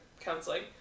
counseling